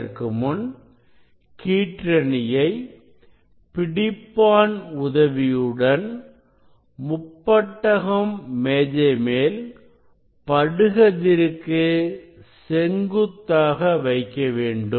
அதற்குமுன் கீற்றணியை பிடிப்பான் உதவியுடன் முப்பட்டகம் மேஜைமேல் படுகதிருக்கு செங்குத்தாக வைக்க வேண்டும்